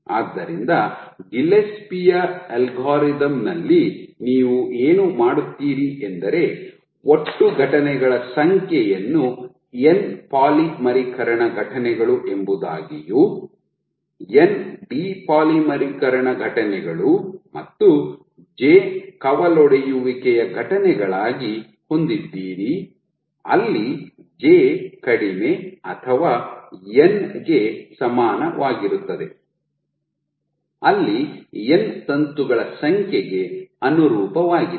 ಆದ್ದರಿಂದ ಗಿಲ್ಲೆಸ್ಪಿಯ ಅಲ್ಗಾರಿದಮ್Gillespie's algorithm ನಲ್ಲಿ ನೀವು ಏನು ಮಾಡುತ್ತೀರಿ ಎಂದರೆ ಒಟ್ಟು ಘಟನೆಗಳ ಸಂಖ್ಯೆಯನ್ನು ಎನ್ ಪಾಲಿಮರೀಕರಣ ಘಟನೆಗಳು ಎಂಬುದಾಗಿಯೂ ಎನ್ ಡಿಪಾಲಿಮರೀಕರಣ ಘಟನೆಗಳು ಮತ್ತು ಜೆ ಕವಲೊಡೆಯುವಿಕೆಯ ಘಟನೆಗಳಾಗಿ ಹೊಂದಿದ್ದೀರಿ ಅಲ್ಲಿ ಜೆ ಕಡಿಮೆ ಅಥವಾ ಎನ್ ಗೆ ಸಮಾನವಾಗಿರುತ್ತದೆ ಅಲ್ಲಿ ಎನ್ ತಂತುಗಳ ಸಂಖ್ಯೆಗೆ ಅನುರೂಪವಾಗಿದೆ